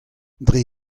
dre